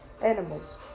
animals